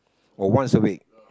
oh once a week